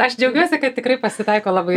aš džiaugiuosi kad tikrai pasitaiko labai